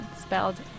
spelled